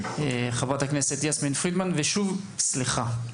חברת הכנסת יסמין פרידמן ושוב, סליחה.